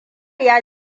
ya